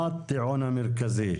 מה הטיעון המרכזי?